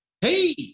Hey